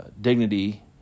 dignity